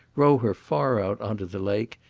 row her far out on to the lake,